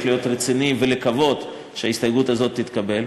להיות רציני ולקוות שההסתייגות הזאת תתקבל.